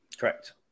Correct